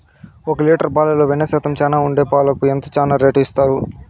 ఒక లీటర్ పాలలో వెన్న శాతం చానా ఉండే పాలకు ఎంత చానా రేటు ఇస్తారు?